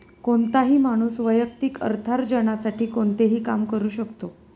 कोणताही माणूस वैयक्तिक अर्थार्जनासाठी कोणतेही काम करू शकतो